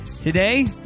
Today